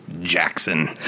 Jackson